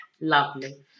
Lovely